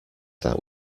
that